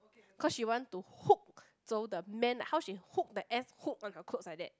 cause she want to hook so the men how she hook the S hook on the codes like that